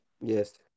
yes